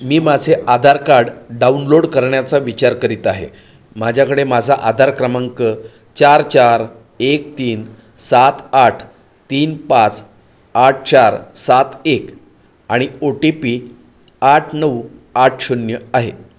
मी माझे Aadhaar card download करण्याचा विचार करीत आहे माझ्याकडे माझा आधार क्रमांक चार चार एक तीन सात आठ तीन पाच आठ चार सात एक आणि ओ टी पी आठ नऊ आठ शून्य आहे